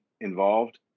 involved